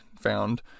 found